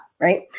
right